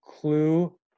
Clue